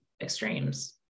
extremes